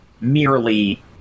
merely